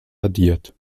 addiert